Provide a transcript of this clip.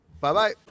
Bye-bye